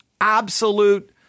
absolute